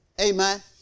Amen